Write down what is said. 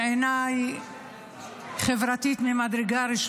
(תיקון, חובת דיווח על היעדרות